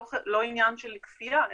לא עניין של כפייה,